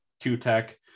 two-tech